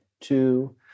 Two